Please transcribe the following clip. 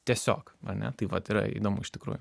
tiesiog ar ne tai vat yra įdomu iš tikrųjų